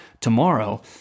tomorrow